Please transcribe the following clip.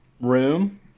room